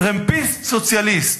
טרמפיסט-סוציאליסט.